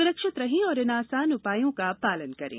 सुरक्षित रहें और इन आसान उपायों का पालन करें